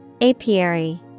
apiary